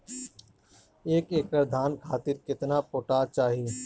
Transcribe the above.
एक एकड़ धान खातिर केतना पोटाश चाही?